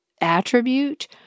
attribute